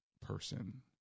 person